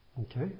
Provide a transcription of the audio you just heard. Okay